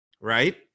right